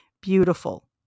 beautiful